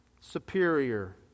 superior